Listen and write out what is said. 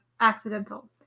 accidental